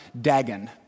dagon